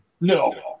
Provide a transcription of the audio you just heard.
No